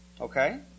Okay